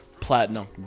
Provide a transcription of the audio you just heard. platinum